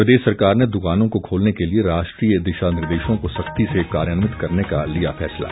प्रदेश सरकार ने दुकानों को खोलने के लिए राष्ट्रीय दिशा निर्देशों को सख्ती से कार्यान्वित करने का लिया फैसला